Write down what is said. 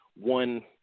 one